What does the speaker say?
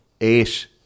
eight